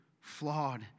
flawed